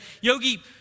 Yogi